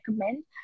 recommend